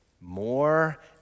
More